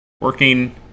working